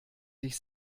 sich